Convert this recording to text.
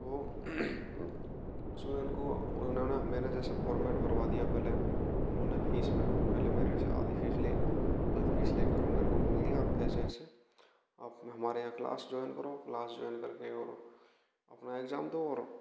वो स्टूडेंट को उन्होंने मेरे जैसे फॉर्मैट भरवा दिया पहले उन्होंने फीस में पहले मेरे से आधी फीस ली आधी फीस लेकर वो मेरे को बोल दिया ऐसे ऐसे आप हमारे यहाँ क्लास जॉइन करो क्लास जॉइन करके वह अपना इगजाम दो